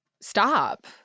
stop